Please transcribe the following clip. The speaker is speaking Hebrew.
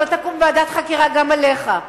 שלא תקום ועדת חקירה גם עליך,